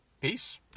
Peace